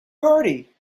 party